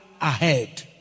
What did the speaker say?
ahead